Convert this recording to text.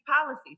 policies